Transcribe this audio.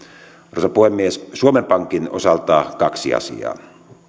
arvoisa puhemies suomen pankin osalta kaksi asiaa